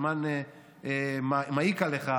הזמן מעיק עליך,